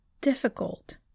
difficult